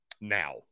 now